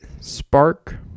spark